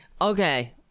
Okay